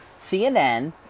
CNN